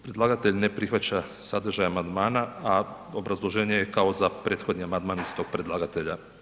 Predlagatelj ne prihvaća sadržaj amandmana, a obrazloženje je kao za prethodni amandman istog predlagatelja